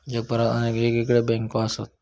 जगभरात अनेक येगयेगळे बँको असत